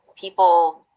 people